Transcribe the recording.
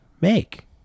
make